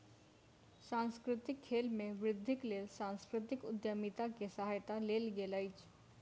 सांस्कृतिक खेल में वृद्धिक लेल सांस्कृतिक उद्यमिता के सहायता लेल गेल अछि